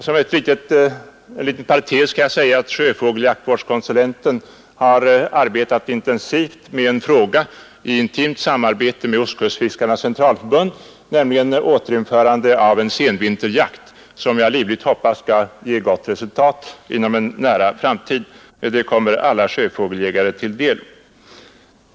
Som en liten parentes kan jag nämna att sjöfågeljaktvårdskonsulenten har arbetat intensivt med en fråga i intimt samarbete med Svenska ostkustfiskarnas centralförbund, nämligen frågan om återinförande av senvinterjakt. Det arbetet hoppas jag livligt skall ge gott resultat inom en nära framtid. Det kommer alla sjöfågelsjägare till del.